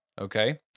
okay